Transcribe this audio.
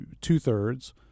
two-thirds